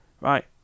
right